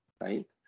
right